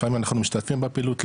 לפעמים אנחנו משתתפים בפעילות,